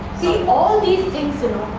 all these things you